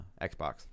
Xbox